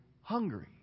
hungry